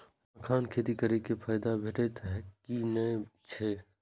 मखानक खेती करे स फायदा भेटत की नै अछि?